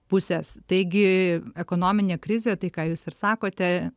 pusės taigi ekonominė krizė tai ką jūs ir sakote